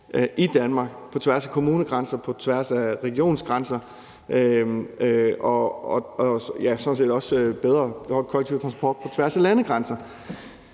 i Danmark på tværs af kommunegrænser og på tværs af regionsgrænser og sådan set også en bedre kollektiv transport på tværs af landegrænser.